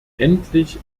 endlich